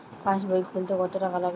পাশবই খুলতে কতো টাকা লাগে?